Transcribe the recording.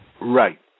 Right